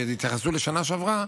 שהתייחסו לשנה שעברה,